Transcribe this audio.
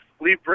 leave